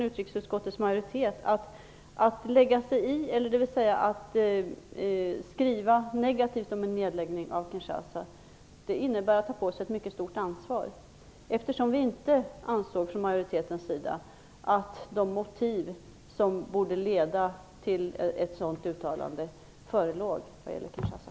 Utrikesutskottets majoritet anser att det är att ta på sig ett mycket stort ansvar att skriva negativt om en nedläggning av ambassaden i Kinshasa - vi i majoriteten ansåg inte att det fanns motiv för ett sådant uttalande när det gällde Kinshasa.